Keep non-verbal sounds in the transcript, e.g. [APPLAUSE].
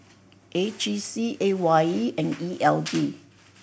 A G C A Y E and E L D [NOISE]